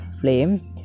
flame